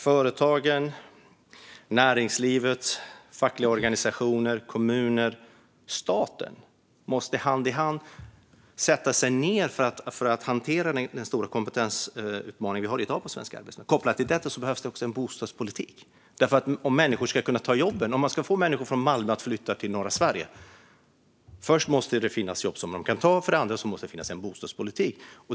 Företagen, näringslivet, de fackliga organisationerna, kommunerna och staten måste tillsammans sätta sig ned för att hantera den stora kompetensutmaning vi i dag har på svensk arbetsmarknad. Kopplat till detta behövs också en bostadspolitik om människor ska kunna ta jobben. Om man ska få människor från Malmö att flytta till norra Sverige måste det för det första finnas jobb som de kan ta och för det andra finnas en bostadspolitik.